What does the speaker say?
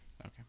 Okay